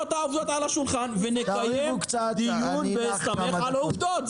את העובדות על השולחן ונקיים דיון בהסתמך על עובדות.